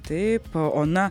taip ona